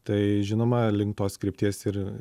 tai žinoma link tos krypties ir